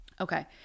Okay